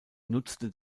nutzte